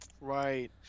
right